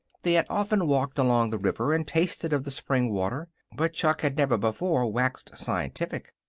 they had often walked along the river and tasted of the spring water, but chuck had never before waxed scientific.